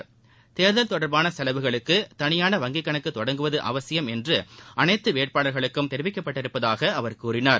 அதிகாரி தேர்தல் தொடர்பான செலவுகளுக்கு தனியான வங்கி கணக்கு தொடங்குவது அவசியம் என்று அனைத்து வேட்பாளர்களுக்கும் தெரிவிக்கப்பட்டிருப்பதாக அவர் கூறினார்